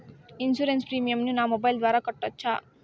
Insurance premium ను నా mobile ద్వారా కట్టొచ్చా?